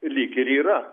lyg ir yra